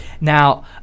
Now